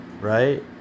right